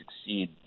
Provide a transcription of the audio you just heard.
succeed